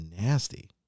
nasty